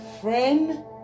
friend